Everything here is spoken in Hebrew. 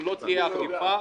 אם לא תהיה אכיפה,